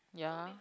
ya